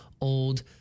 old